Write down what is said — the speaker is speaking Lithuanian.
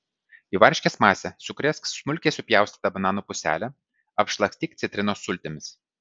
į varškės masę sukrėsk smulkiai supjaustytą banano puselę apšlakstyk citrinos sultimis